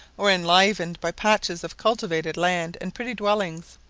or enlivened by patches of cultivated land and pretty dwellings.